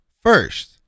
first